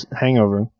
hangover